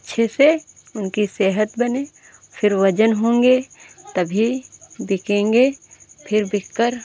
अच्छे से उनकी सेहत बने फिर वज़न होंगे तभी बिकेंगे फिर बिककर